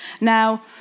now